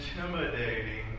intimidating